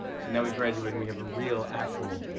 so, now, we graduate and we have a real, actual,